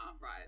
right